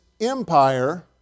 empire